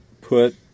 put